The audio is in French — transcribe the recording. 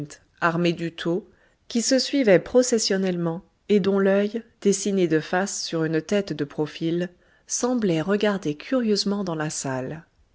armées du tau qui se suivaient processionnellement et dont l'œil dessiné de face sur une tête de profil semblait regarder curieusement dans la salle